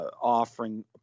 offering